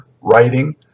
writing